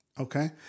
Okay